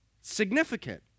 significant